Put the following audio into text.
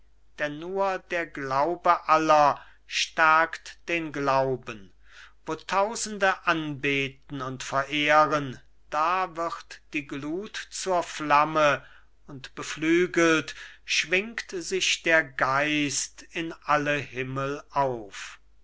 denn nur der glaube aller stärkt den glauben wo tausende anbeten und verehren da wird die glut zur flamme und beflügelt schwingt sich der geist in alle himmel auf